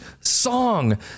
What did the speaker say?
song